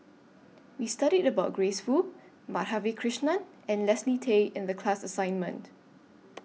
We studied about Grace Fu Madhavi Krishnan and Leslie Tay in The class assignment